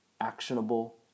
Actionable